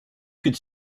could